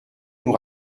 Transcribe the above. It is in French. nous